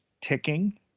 ticking